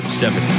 seven